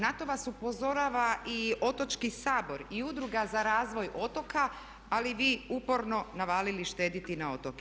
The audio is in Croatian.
Na to vas upozorava i otočki sabor i Udruga za razvoj otoka ali vi uporno navalili štedjeti na otoke.